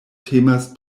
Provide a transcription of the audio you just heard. temas